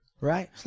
right